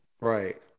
Right